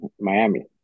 Miami